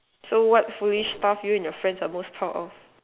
so what foolish stuff are you and your friends most proud of